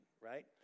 right